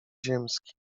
ziemski